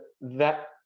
that-